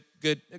good